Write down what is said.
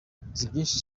byinshi